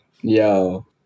Yo